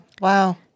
Wow